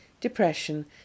depression